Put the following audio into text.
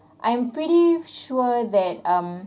I'm pretty sure that um